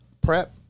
PrEP